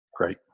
Great